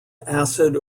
acid